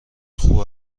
خوب